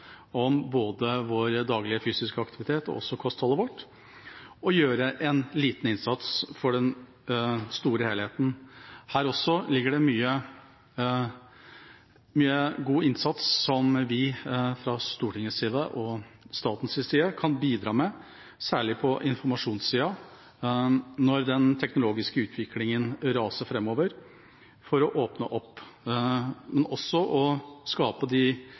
om vår daglige fysiske aktivitet og kostholdet vårt, og gjøre en liten innsats for den store helheten. Også her ligger det mye god innsats som vi fra Stortingets side og statens side kan bidra med, særlig på informasjonssida, når den teknologiske utviklingen raser framover, for å åpne opp, men også sette inn de